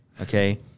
Okay